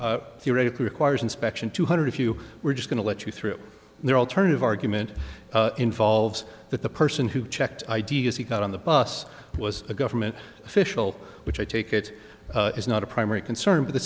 theoretically requires inspection two hundred if you were just going to let you through their alternative argument involves that the person who checked ideas he got on the bus was a government official which i take it is not a primary concern but the